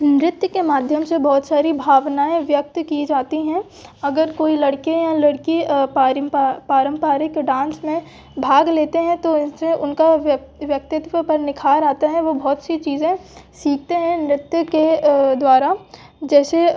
नृत्य के माध्यम से बहुत सारी भावनाऍं व्यक्त की जाती हैं अगर कोई लड़कें या लड़की पारंपारिक डांस में भाग लेते हैं तो इनसे उनका व्यक्तित्व पर निख़ार आता है वो बहुत सी चीज़ें सीखते हैं नृत्य के द्वारा जैसे